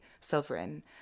sovereign